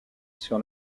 sur